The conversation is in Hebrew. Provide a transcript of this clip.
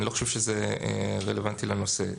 אני לא חושב שזה רלוונטי לנושא.